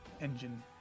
engine